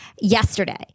yesterday